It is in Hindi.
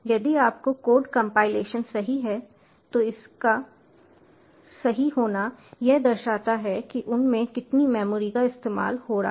यदि आपका कोड कंपाइलेशन सही है तो इसका सही होना यह दर्शाता है कि उन में कितनी मेमोरी का इस्तेमाल हो रहा है